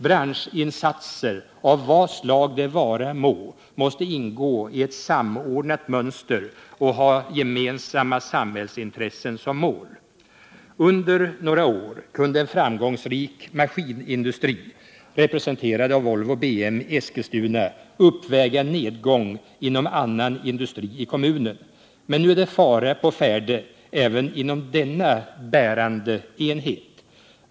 Branschinsatser av vad slag de vara må måste ingå i ett samordnat mönster och ha gemensamma samhällsintressen som mål. Under några år kunde en framgångsrik maskinindustri, representerad av Volvo BM i Eskilstuna, uppväga nedgången inom annan industri i kommunen. Men nu är det fara på färde även inom denna bärande enhet.